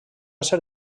ser